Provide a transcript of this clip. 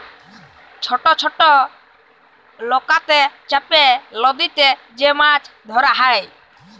ছট ছট লকাতে চাপে লদীতে যে মাছ ধরা হ্যয়